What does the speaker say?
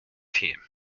team